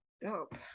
Dope